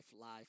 life